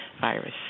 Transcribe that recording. virus